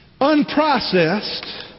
Unprocessed